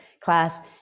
class